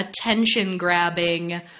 attention-grabbing